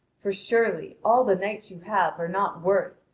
for surely, all the knights you have are not worth,